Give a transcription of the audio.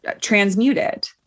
transmuted